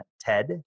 TED